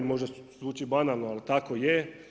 Možda zvuči banalno ali tako je.